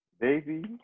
Baby